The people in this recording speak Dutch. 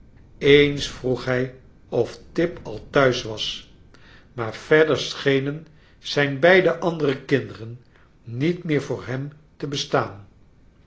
eens vroeg hij of tip al thuis was maar verder schenen zijn beide andere kinderen niet meer voor hem te bestaan